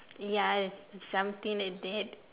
ya something like that